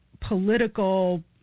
political